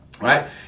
right